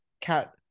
cat